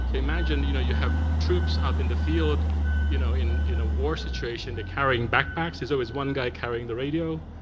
so imagine you know you have troops out in the field you know in in a war situation, carrying back packs. there's always one guy carrying the radio.